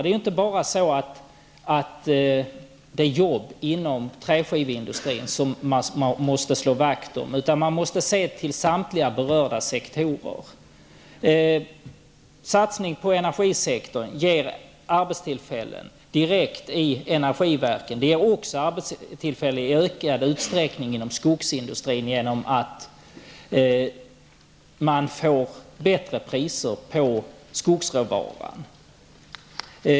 Det är inte bara jobb inom träskiveindustrin som man måste slå vakt om, utan man måste se till samtliga berörda sektorer. En satsning på energisektorn ger arbetstillfällen direkt i energiverken, och den ger i ökad utsträckning arbetstillfällen inom skogsindustrin, genom att priserna på skogsråvaran blir bättre.